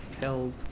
held